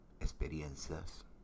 experiencias